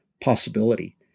possibility